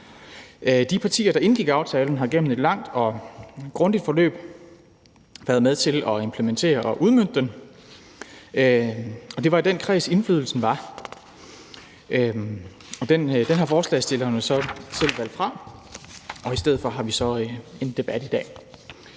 De partier, der indgik aftalen, har gennem et langt og grundigt forløb været med til at implementere og udmønte den, og det var i den kreds, indflydelsen var. Den har forslagsstillerne jo selv valgt fra, og i stedet for har vi så en debat i dag.